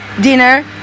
dinner